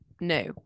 No